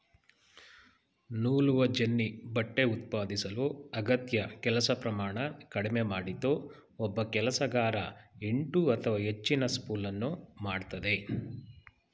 ನೂಲುವಜೆನ್ನಿ ಬಟ್ಟೆ ಉತ್ಪಾದಿಸಲು ಅಗತ್ಯ ಕೆಲಸ ಪ್ರಮಾಣ ಕಡಿಮೆ ಮಾಡಿತು ಒಬ್ಬ ಕೆಲಸಗಾರ ಎಂಟು ಅಥವಾ ಹೆಚ್ಚಿನ ಸ್ಪೂಲನ್ನು ಮಾಡ್ತದೆ